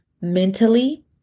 Mentally